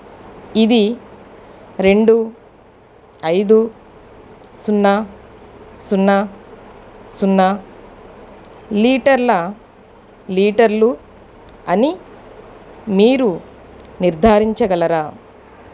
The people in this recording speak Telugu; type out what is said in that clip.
ఇది రెండు ఐదు సున్నా సున్నా సున్నా లీటర్ల లీటర్లు అని మీరు నిర్ధారించగలరా